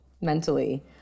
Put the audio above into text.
mentally